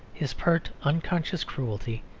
his pert, unconscious cruelty,